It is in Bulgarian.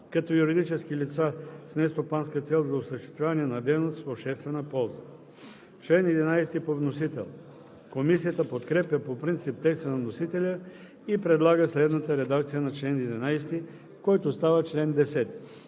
като юридически лица с нестопанска цел за осъществяване на дейност в обществена полза.“ Комисията подкрепя по принцип текста на вносителя и предлага следната редакция на чл. 11, който става чл. 10: